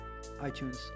iTunes